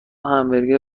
همبرگر